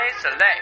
Select